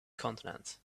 content